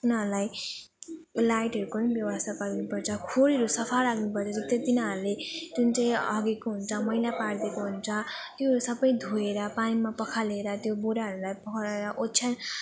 उनीहरूलाई लाइटहरूको पनि व्यवस्था गर्नु पर्छ खोरहरू सफा राख्नु पर्छ जति तिनीहरूले जुन चाहिँ हगेको हुन्छ मैला पारिदिएको हुन्छ त्योहरू सब धोएर पानीमा पखालेर त्यो बोराहरूलाई पखालेर ओछ्यान